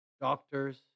Doctors